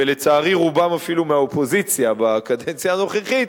ולצערי רובם אפילו מהאופוזיציה בקדנציה הנוכחית,